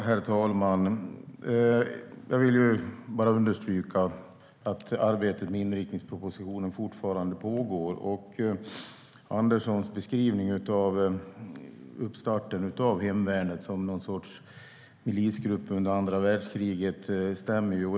Herr talman! Jag vill bara understryka att arbetet med inriktningspropositionen fortfarande pågår. Jan R Anderssons beskrivning av uppstarten av hemvärnet som någon sorts milisgrupp under andra världskriget stämmer.